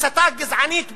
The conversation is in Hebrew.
הסתה גזענית ברורה,